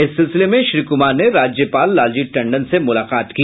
इस सिलसिले में श्री कुमार ने राज्यपाल लालजी टंडन से मुलाकात की